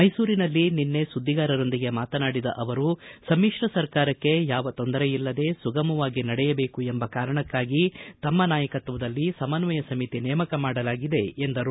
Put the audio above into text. ಮೈಸೂರಿನಲ್ಲಿ ನಿನ್ನೆ ಸುದ್ದಿಗಾರರೊಂದಿಗೆ ಮಾತನಾಡಿದ ಅವರು ಸಮಿತ್ರ ಸರ್ಕಾರಕ್ಕೆ ಯಾವ ತೊಂದರೆಯಿಲ್ಲದೆ ಸುಗಮವಾಗಿ ನಡೆಯಬೇಕು ಎಂಬ ಕಾರಣಕಾಗಿ ತಮ್ನ ನಾಯಕತ್ವದಲ್ಲಿ ಸಮನ್ನಯ ಸಮಿತಿ ನೇಮಕ ಮಾಡಲಾಗಿದೆ ಎಂದರು